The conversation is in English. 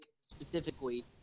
specifically